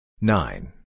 Nine